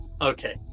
Okay